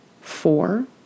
four